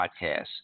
podcast